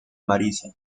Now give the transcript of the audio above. marisa